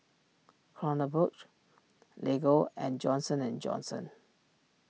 Kronenbourg Lego and Johnson and Johnson